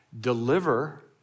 deliver